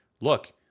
look